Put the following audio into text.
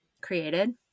created